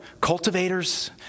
cultivators